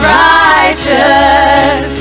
righteous